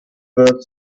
wird